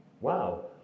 Wow